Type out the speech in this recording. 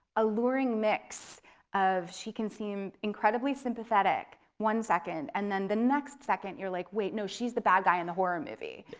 alluring mix of she can seem incredibly sympathetic one second and then the next second you're like, wait, no, she's the bad guy in the horror movie.